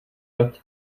nad